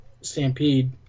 stampede